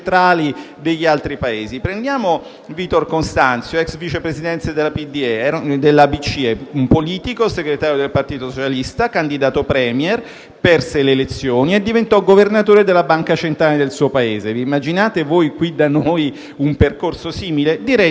Prendiamo Vitor Constâncio, ex Vice Presidente della BCE: politico, segretario del Partito socialista, candidato *Premier*, perse le elezioni e diventò Governatore della banca centrale del suo Paese. Immaginate voi qui da noi un percorso simile? Direi di no.